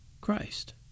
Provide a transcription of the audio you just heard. Christ